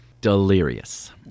Delirious